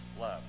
love